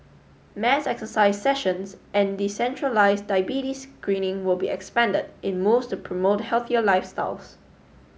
mass exercise sessions and decentralised diabetes screening will be expanded in moves to promote healthier lifestyles